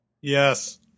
Yes